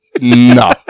No